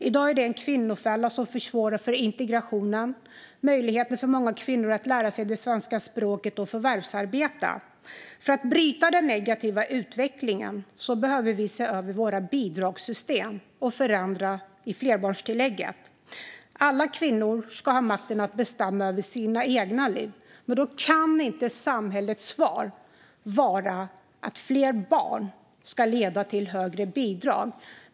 I dag är det dock en kvinnofälla som försvårar integrationen och som försämrar möjligheterna för många kvinnor att lära sig det svenska språket och förvärvsarbeta. För att bryta den negativa utvecklingen behöver vi se över våra bidragssystem och förändra flerbarnstillägget. Alla kvinnor ska ha makten att bestämma över sitt eget liv. Då kan inte samhällets svar vara att fler barn ska leda till högre bidrag.